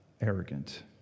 arrogant